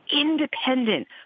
Independent